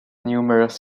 numerous